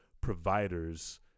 providers